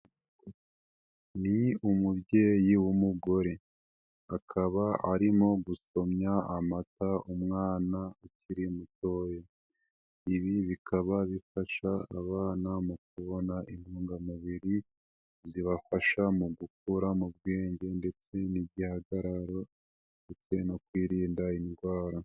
Ni umubyeyi w'umugore, akaba arimo gusomya amata umwana ukiri mutoya, ibi bikaba bifasha abana mu kubona intungamubiri zibafasha mu gukura mu bwenge ndetse n'igihagararo ndetse no kwirinda indwara.